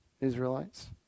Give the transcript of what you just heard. israelites